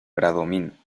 bradomín